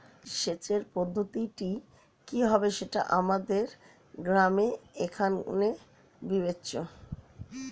সেচের পদ্ধতিটি কি হবে সেটা আমাদের গ্রামে এখনো বিবেচ্য